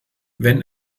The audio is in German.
wenn